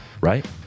right